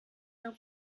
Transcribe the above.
der